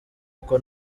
uko